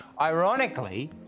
Ironically